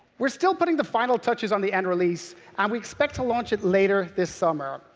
we're still putting the final touches on the n release and we expect to launch it later this summer,